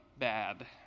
Bad